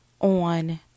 on